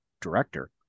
director